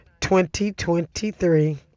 2023